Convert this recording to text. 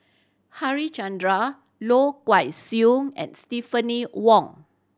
Harichandra Loh and Stephanie Wong